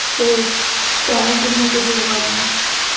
ਅਤੇ ਟੈਮ ਕਿੰਨੇ ਵਜੇ ਹੈ ਭਾਅ ਜੀ